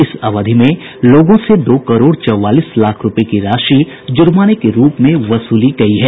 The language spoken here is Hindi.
इस अवधि में लोगों से दो करोड़ चौवालीस लाख रूपये की राशि जुर्माने के रूप में वसूली गयी है